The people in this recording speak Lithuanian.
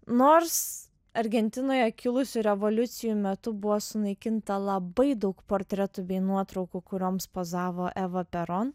nors argentinoje kilusių revoliucijų metu buvo sunaikinta labai daug portretų bei nuotraukų kurioms pozavo eva peron